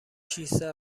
کیسه